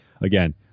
again